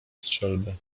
strzelby